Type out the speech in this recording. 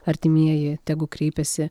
artimieji tegu kreipiasi